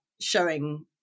showing